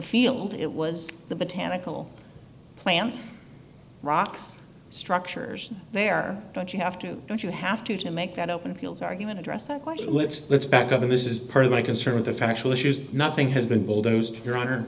field it was the botanical plants rocks structures there don't you have to don't you have to make that open fields argument addresses quite a list let's back up and this is part of my concern with the factual issues nothing has been bulldozed your honor